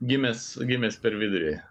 gimęs gimęs per vidurį